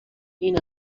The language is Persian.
این